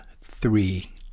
three